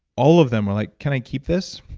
all of them were like, can i keep this?